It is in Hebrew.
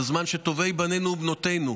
בזמן שטובי בנינו ובנותינו,